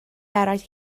eraill